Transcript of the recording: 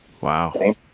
Wow